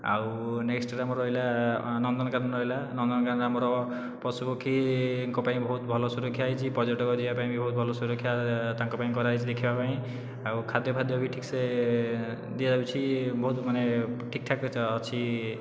ଆଉ ନେକ୍ସଟରେ ଆମର ରହିଲା ନନ୍ଦନକାନନ ରହିଲା ନନ୍ଦନକାନନ ଆମର ପଶୁପକ୍ଷୀଙ୍କ ପାଇଁ ବହୁତ ଭଲ ସୁରକ୍ଷା ହୋଇଛି ପର୍ଯ୍ୟଟକ ଯିବା ପାଇଁ ବି ବହୁତ ଭଲ ସୁରକ୍ଷା ତାଙ୍କ ପାଇଁ କରାଯାଇଛି ଦେଖିବା ପାଇଁ ଆଉ ଖାଦ୍ୟ ଫାଦ୍ୟ ବି ଠିକ ସେ ଦିଆଯାଉଛି ବହୁତ ମାନେ ଠିକ ଠାକ ଅଛି